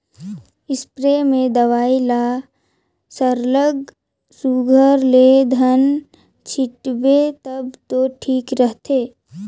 spray में दवई ल सरलग सुग्घर ले घन छींचबे तब दो ठीक रहथे